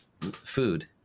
food